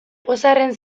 pozarren